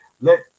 Let